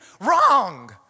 wrong